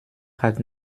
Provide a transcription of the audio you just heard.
hat